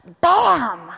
bam